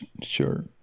sure